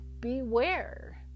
beware